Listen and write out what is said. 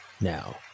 now